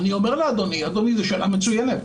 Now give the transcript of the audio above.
זאת שאלה מצוינת.